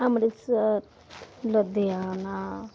Amritsar Ludhiana